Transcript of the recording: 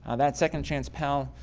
that's second chance pel.